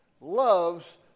loves